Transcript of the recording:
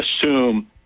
assume